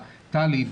טלי,